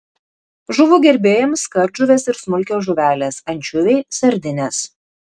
žuvų gerbėjams kardžuvės ir smulkios žuvelės ančiuviai sardinės